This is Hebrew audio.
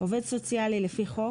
"עובד סוציאלי לפי חוק"